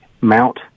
Mount